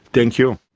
thank you.